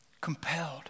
Compelled